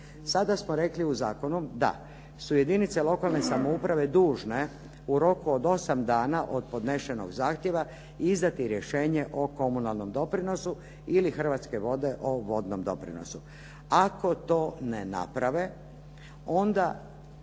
Sada smo rekli u zakonu da su jedinice lokalne samouprave dužne u roku od 8 dana od podnesenog zahtjeva izdati rješenje o komunalnom doprinosu ili Hrvatske vode o vodnom doprinosu. Ako to ne naprave onda